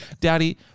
Daddy